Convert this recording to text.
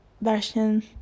version